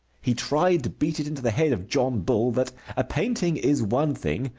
he tried to beat it into the head of john bull that a painting is one thing,